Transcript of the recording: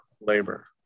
labor